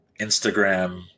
Instagram